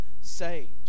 saved